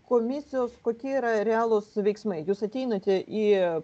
komisijos kokie yra realūs veiksmai jūs ateinate į